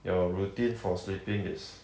your routine for sleeping is